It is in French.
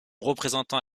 représentant